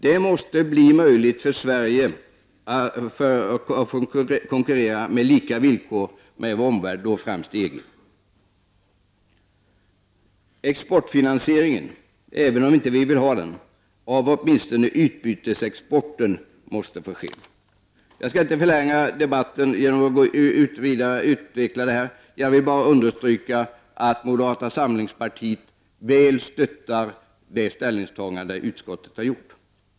Det måste bli möjligt för Sverige att konkurrera på lika villkor med vår omvärld — främst EG. Även om vi inte vill ha exportfinansiering måste åtminstone utbytesexporten få fortgå. Jag skall inte förlänga debatten genom att utveckla detta, men jag vill understryka att moderata samlingspartiet stöder det ställningstagande utskottet har gjort.